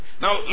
now